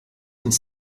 uns